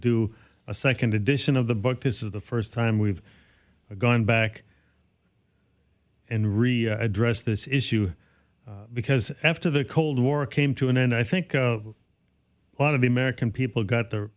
do a second edition of the book this is the first time we've gone back and re address this issue because after the cold war came to an end i think a lot of the american people got the